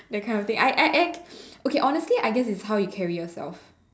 that kind of thing I I I okay honestly I guess is how you carry yourself